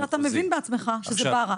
שאתה מבין בעצמך שזה בר"ע.